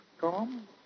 Tom